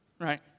Right